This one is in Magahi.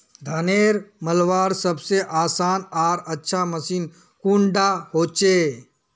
धानेर मलवार सबसे आसान आर अच्छा मशीन कुन डा होचए?